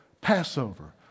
Passover